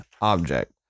object